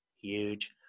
Huge